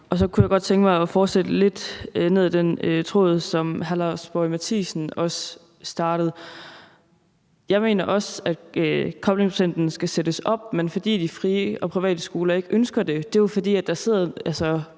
Så kunne jeg godt tænke mig at fortsætte lidt i den tråd, som hr. Lars Boje Mathiesen også startede. Jeg mener også, at koblingsprocenten skal sættes op, men når de frie og de private skoler ikke ønsker det, er det jo, fordi der sidder